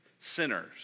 sinners